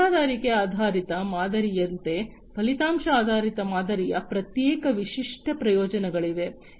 ಆದ್ದರಿಂದ ಚಂದಾದಾರಿಕೆ ಆಧಾರಿತ ಮಾದರಿಯಂತೆ ಫಲಿತಾಂಶ ಆಧಾರಿತ ಮಾದರಿಯ ಪ್ರತ್ಯೇಕ ವಿಶಿಷ್ಟ ಪ್ರಯೋಜನಗಳಿವೆ